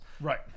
Right